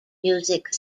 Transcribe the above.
music